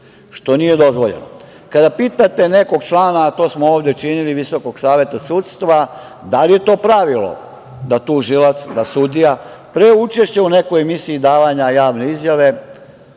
što nije dozvoljeno. Kada pitate nekog člana, a to smo ovde činili, Visokog saveta sudstva da li je to pravilo da tužilac, da sudija, pre učešća u nekoj emisiji i davanja javne izjave,